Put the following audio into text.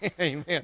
Amen